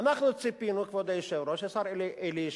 אנחנו ציפינו, כבוד היושב-ראש, השר אלי ישי,